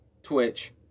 Twitch